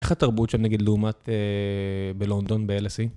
איך התרבות שם נגיד לעומת בלונדון, בlse?